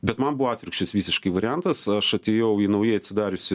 bet man buvo atvirkščias visiškai variantas aš atėjau į naujai atsidariusį